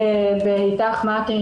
באית"ך-מעכי,